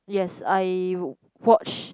yes I watch